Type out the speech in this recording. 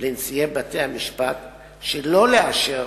לנשיאי בתי-המשפט שלא לאשר